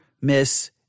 Miss